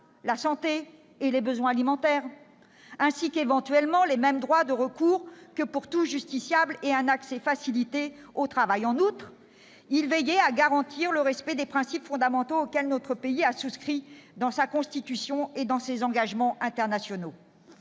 la santé et les besoins alimentaires, ainsi que, éventuellement, les mêmes droits de recours que pour tout justiciable, et un accès facilité au travail. En outre, ces amendements tendaient à garantir le respect des principes fondamentaux auxquels notre pays a souscrit dans sa Constitution et dans ses engagements internationaux.